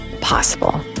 possible